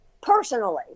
personally